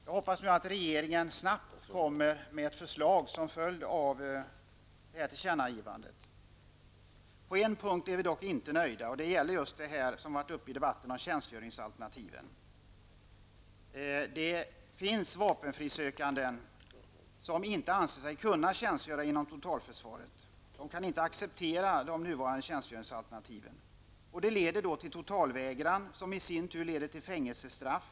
Jag hoppas nu att regeringen snabbt kommer med förslag till följd av detta tillkännagivande. På en punkt är vi dock inte nöjda. Det gäller just det som har varit uppe i debatten, nämligen tjänstgöringsalternativen. Det finns vapenfrisökande som inte anser sig kunna tjänstgöra inom totalförsvaret. De kan inte acceptera de nuvarande tjänstgöringsalternativen. Det leder till totalvägran, som i sin tur leder till fängelsestraff.